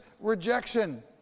rejection